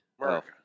America